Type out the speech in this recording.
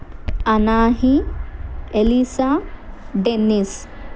Anahi Elisa Dennis